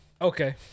Okay